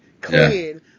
clean